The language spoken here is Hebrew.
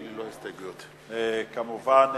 אין הסתייגויות כמובן.